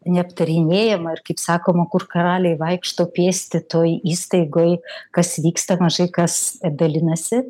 neaptarinėjama ir kaip sakoma kur karaliai vaikšto pėsti toj įstaigoj kas vyksta mažai kas dalinasi